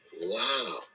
Wow